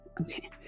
okay